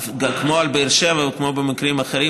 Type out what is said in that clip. וכמו בבאר שבע וכמו במקרים אחרים,